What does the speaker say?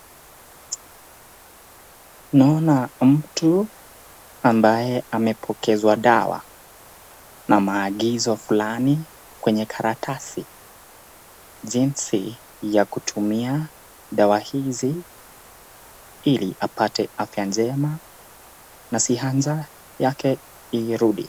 Naona mtu ambaye amepokezwa dawa na maagizo fulani kwenye karatasi jinsi ya kutumia dawa hizi ili apate afya njema na sianza yake irudi.